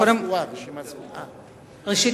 ראשית,